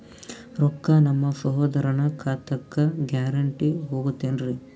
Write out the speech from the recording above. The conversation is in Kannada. ರೊಕ್ಕ ನಮ್ಮಸಹೋದರನ ಖಾತಕ್ಕ ಗ್ಯಾರಂಟಿ ಹೊಗುತೇನ್ರಿ?